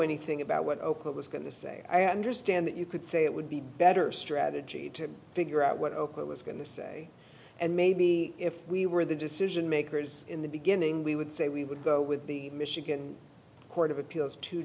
anything about what oprah was going to say i understand that you could say it would be better strategy to figure out what oakwood was going to say and maybe if we were the decision makers in the beginning we would say we would go with the michigan court of appeals to